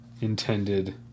intended